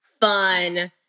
fun